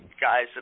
guys